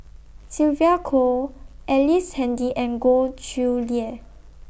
Sylvia Kho Ellice Handy and Goh Chiew Lye